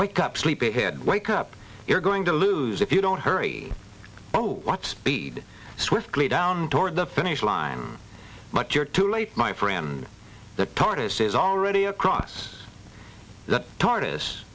wake up sleep a head wake up you're going to lose if you don't hurry oh what speed swiftly down toward the finish line but you're too late my friend the tortoise is already across the tortoise